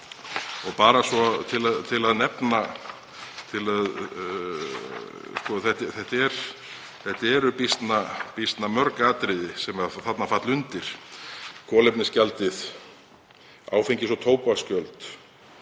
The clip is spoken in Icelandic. Bara svona til að nefna það þá eru býsna mörg atriði sem þarna falla undir; kolefnisgjaldið, áfengis- og tóbaksgjöld,